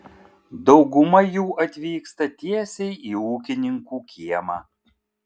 dauguma jų atvyksta tiesiai į ūkininkų kiemą